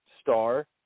star